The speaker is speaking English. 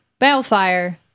Balefire